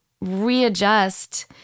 readjust